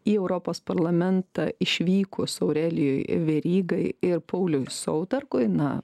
į europos parlamentą išvykus aurelijui verygai ir pauliui saudargui na